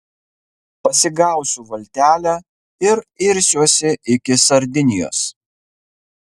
pasigausiu valtelę ir irsiuosi iki sardinijos